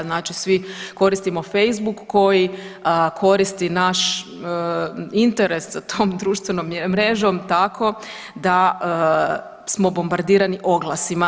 Znači svi koristimo Facebook koji koristi naš interes tom društvenom mrežom tako da smo bombardirani oglasima.